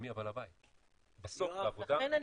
אז מי בעל הבית?